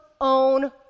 own